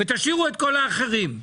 ותשאירו את כל האחרים.